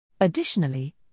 Additionally